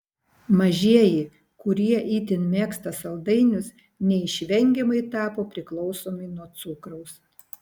mažieji kurie itin mėgsta saldainius neišvengiamai tapo priklausomi nuo cukraus